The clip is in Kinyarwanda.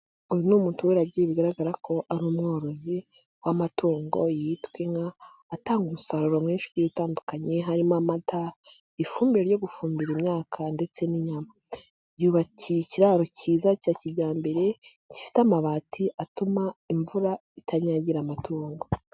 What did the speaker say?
Uyu ni umuturage bigaragara ko ari umworozi w'amatungo yitwa inka atanga umusaruro mwinshi utandukanye, harimo amata, ifumbire yo gufumbira imyaka ndetse n'inyama, yubakiye ikiraro cyiza cya kijyambere gifite amabati atuma imvura itanyagira amatungo.